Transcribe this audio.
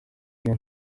iyo